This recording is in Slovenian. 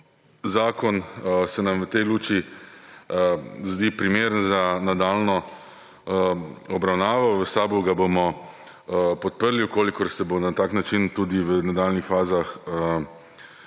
zakon se nam v tej luči zdi primeren za nadaljnjo obravnavo. V SAB ga bomo podprli, v kolikor se bo na tak način tudi v nadaljnjih fazah